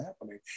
happening